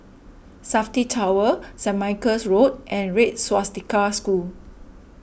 Safti Tower Saint Michael's Road and Red Swastika School